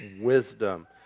wisdom